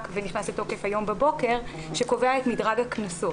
וחוקק, ונכנס לתוקף הבוקר, שקובע את מדרג הקנסות.